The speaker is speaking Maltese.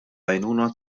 għajnuna